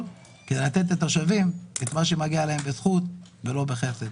כדי לתת לתושבים את מה שמגיע להם בזכות ולא בחסד.